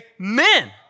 Amen